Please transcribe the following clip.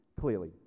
clearly